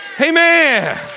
Amen